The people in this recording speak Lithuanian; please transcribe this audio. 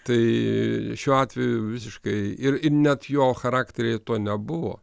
tai šiuo atveju visiškai ir ir net jo charakteryje to nebuvo